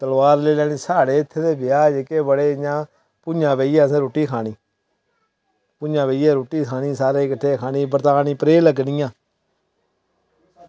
तलवार लेई लैनी साढ़े इत्थें दे ब्याह् जेह्के बड़े इं'या भुंञां बेहियै असें रुट्टी खानी भुंञां बेहियै रुट्टी खानी सारें करिट्ठे खानी बरतानी प्रेह् लग्गनियां